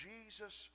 Jesus